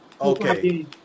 Okay